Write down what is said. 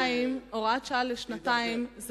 הוראת שעה לשנתיים,